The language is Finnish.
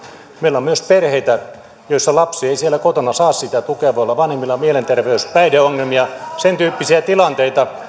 meillä on myös perheitä joissa lapsi ei kotona saa sitä tukea voi olla vanhemmilla mielenterveys ja päihdeongelmia sen tyyppisiä tilanteita